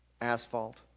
asphalt